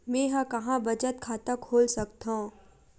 मेंहा कहां बचत खाता खोल सकथव?